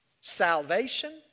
Salvation